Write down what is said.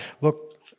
look